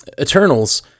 Eternals